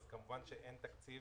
כמובן שאין תקציב.